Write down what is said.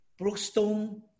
Brookstone